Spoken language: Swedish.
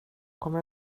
kommer